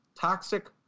toxic